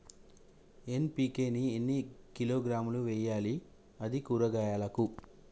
NPK ని ఎన్ని కిలోగ్రాములు వెయ్యాలి? అది కూరగాయలకు?